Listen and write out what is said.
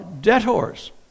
debtors